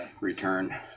return